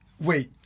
Wait